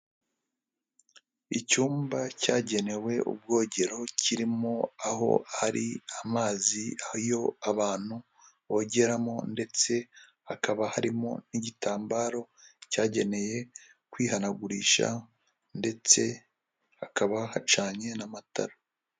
Icyumba cyagenewe ubwogero, kirimo aho hari amazi yo abantu bogeramo, ndetse hakaba harimo n'igitambaro cyagenewe kwihanagurisha, ndetse hakaba hacanye n'amatara.